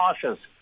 cautious